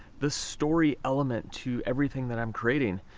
the story element to everything that i'm creating,